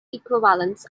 equivalence